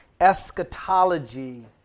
eschatology